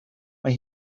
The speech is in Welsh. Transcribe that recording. mae